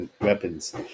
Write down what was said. weapons